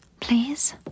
Please